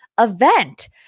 event